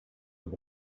were